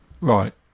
Right